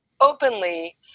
openly